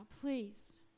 please